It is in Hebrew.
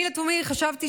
אני לתומי חשבתי